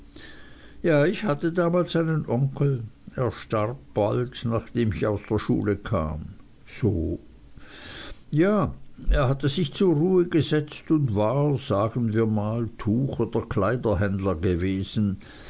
ja ich hatte damals einen onkel er starb bald nachdem ich aus der schule kam so ja er hatte sich zur ruhe gesetzt und war sagen wir mal tuch oder kleiderhändler gewesen